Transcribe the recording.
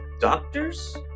Doctors